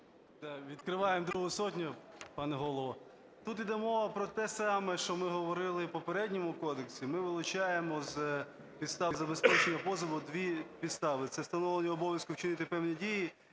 Відкриваємо другу сотню, пане Голово. Тут іде мова про те саме, що ми говорили і в попередньому кодексі. Ми вилучаємо з підстав забезпечення позову дві підстави: це встановлення обов'язку вчинити певні дії